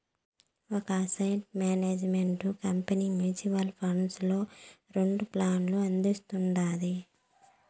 ఒక asset management company mutual funds లో రెండు ప్లాన్లు అందిస్తుండాది